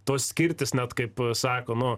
to skirtis net kaip sako nu